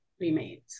remains